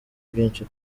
byinshi